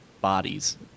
bodies